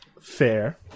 Fair